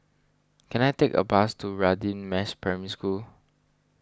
can I take a bus to Radin Mas Primary School